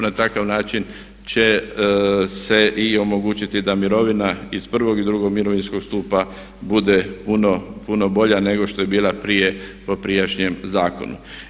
Na takav način će se i omogućiti da mirovina iz prvog i drugog mirovinskog stupa bude puno bolja nego što je bila prije po prijašnjem zakonu.